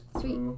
Sweet